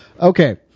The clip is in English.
Okay